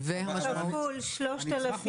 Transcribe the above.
כפול 3,500 שקלים.